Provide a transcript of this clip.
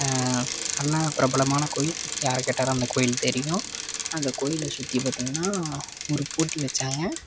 நல்லா பிரபலாமான கோயில் யாரக்கேட்டாலும் அந்த கோயில் தெரியும் அந்த கோயில சுற்றி பார்த்திங்கனா ஒரு போட்டி வச்சாங்க